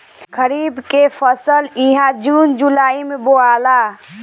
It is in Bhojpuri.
खरीफ के फसल इहा जून जुलाई में बोआला